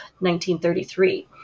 1933